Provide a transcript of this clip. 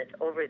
over